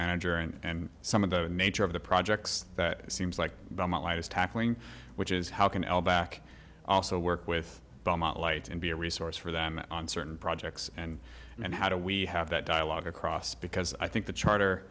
manager and some of the nature of the projects that seems like is tackling which is how can al back also work with belmont light and be a resource for them on certain projects and and how do we have that dialogue across because i think the charter